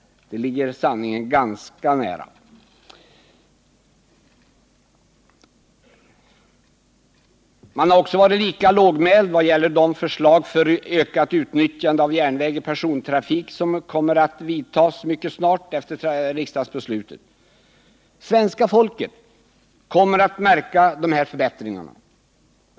Det ligger sanningen ganska nära. Man har varit lika lågmäld i vad gäller de förslag till åtgärder för ökat utnyttjande av järnväg i persontrafik som kommer att vidtas mycket snart efter riksdagsbeslutet. Svenska folket kommer att märka dessa förbättringar.